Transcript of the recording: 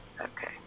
Okay